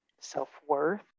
self-worth